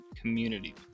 community